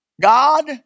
God